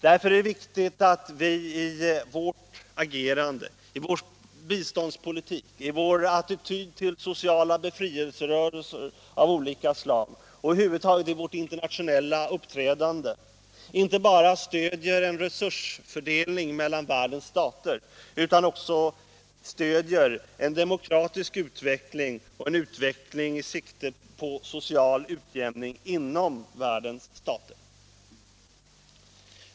Därför är det viktigt att vi i vårt agerande, i vår biståndspolitik, i vår attityd till sociala befrielserörelser av olika slag och över huvud taget i vårt internationella uppträdande inte bara stödjer en resursfördelning mellan världens stater utan också stödjer en demokratisk utveckling och en utveckling med sikte på social utjämning inom världens stater.